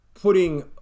putting